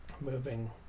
moving